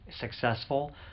successful